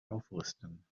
aufrüsten